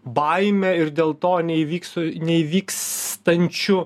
baime ir dėl to neįvyks neįvykstančiu